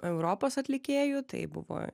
europos atlikėjų tai buvo